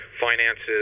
finances